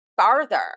farther